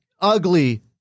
ugly